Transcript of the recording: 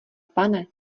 pane